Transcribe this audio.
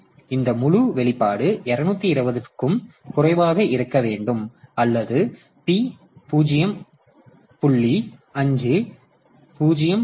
எனவே இந்த முழு வெளிப்பாடு 220 க்கும் குறைவாக இருக்க வேண்டும் அல்லது இது p 0